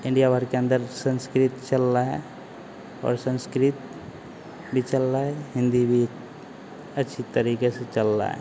India भरके अंदर संस्कृत चल रहा है और संस्कृत भी चल रहा है हिन्दी भी अच्छी तरीके से चल रहा है